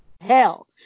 hell